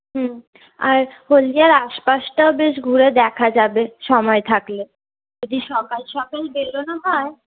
হুম আর হলদিয়ার আশপাশটাও বেশ ঘুরে দেখা যাবে সময় থাকলে যদি সকাল সকাল বেরোনো হয়